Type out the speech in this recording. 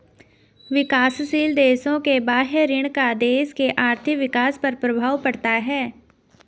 विकासशील देशों के बाह्य ऋण का देश के आर्थिक विकास पर प्रभाव पड़ता है